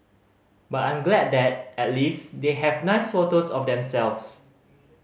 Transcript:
but I'm glad that at least they have nice photos of themselves